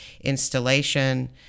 installation